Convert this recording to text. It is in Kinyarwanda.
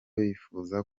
bifuza